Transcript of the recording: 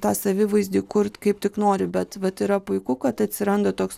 tą savivaizdį kurt kaip tik nori bet vat yra puiku kad atsiranda toks